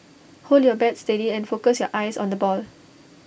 hold your bat steady and focus your eyes on the ball